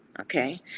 okay